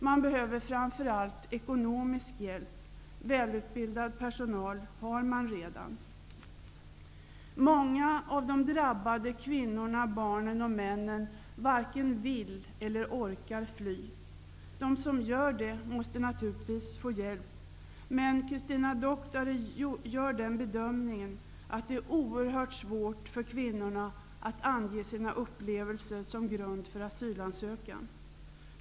Man behöver framför allt ekonomisk hjälp. Välutbildad personal har man redan. Många av de drabbade kvinnorna, barnen och männen varken vill eller orkar fly. De som gör det måste naturligtvis få hjälp, men Christina Doctare gör bedömningen att det är oerhört svårt för kvinnorna att ange sina upplevelser som grund för asylansökan.